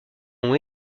ont